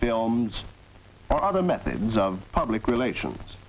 films or other methods of public relations